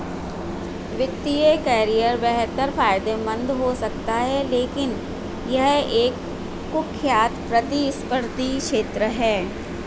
वित्तीय करियर बेहद फायदेमंद हो सकता है लेकिन यह एक कुख्यात प्रतिस्पर्धी क्षेत्र है